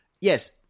Yes